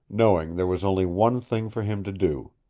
knowing there was only one thing for him to do.